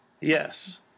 Yes